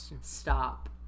stop